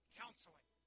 counseling